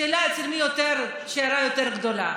השאלה אצל מי השיירה יותר גדולה.